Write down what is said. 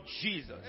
Jesus